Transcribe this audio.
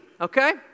okay